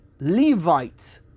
Levite